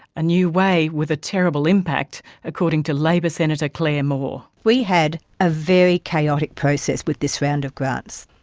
a new way with a terrible impact, according to labor senator claire moore. we had a very chaotic process with this round of grants.